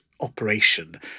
operation